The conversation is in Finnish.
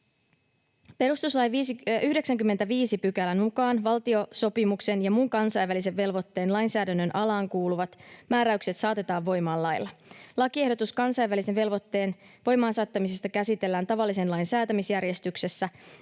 Perustuslain 95 §:n mukaan valtiosopimuksen ja muun kansainvälisen velvoitteen lainsäädännön alaan kuuluvat määräykset saatetaan voimaan lailla. Lakiehdotus kansainvälisen velvoitteen voimaan saattamisesta käsitellään tavallisen lain säätämisjärjestyksessä.